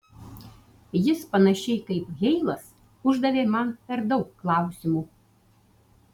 jis panašiai kaip heilas uždavė man per daug klausimų